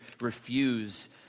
refuse